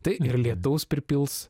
tai ir lietaus pripils